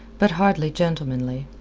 but hardly gentlemanly.